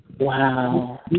Wow